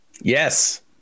Yes